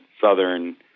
Southern